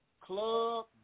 Club